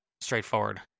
straightforward